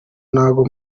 ntago